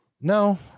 No